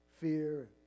fear